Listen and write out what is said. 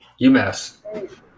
umass